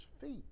feet